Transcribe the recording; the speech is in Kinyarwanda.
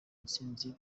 ntsinzi